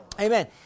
Amen